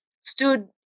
stood